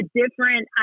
different